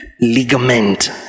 ligament